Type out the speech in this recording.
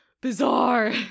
bizarre